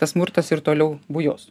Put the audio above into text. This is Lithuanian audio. tas smurtas ir toliau bujos